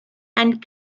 and